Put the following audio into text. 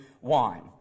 wine